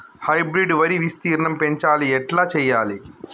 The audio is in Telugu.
హైబ్రిడ్ వరి విస్తీర్ణం పెంచాలి ఎట్ల చెయ్యాలి?